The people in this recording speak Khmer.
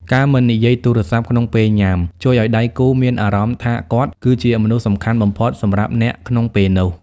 ការមិននិយាយទូរស័ព្ទក្នុងពេលញ៉ាំ ជួយឱ្យដៃគូមានអារម្មណ៍ថាគាត់គឺជាមនុស្សសំខាន់បំផុតសម្រាប់អ្នកក្នុងពេលនោះ។